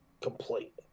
complete